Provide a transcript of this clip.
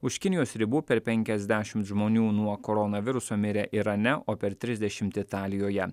už kinijos ribų per penkiasdešim žmonių nuo koronaviruso mirė irane o per trisdešimt italijoje